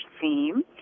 theme